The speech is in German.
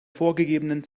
vorgegebenen